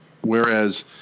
Whereas